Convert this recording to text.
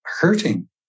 hurting